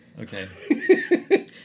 Okay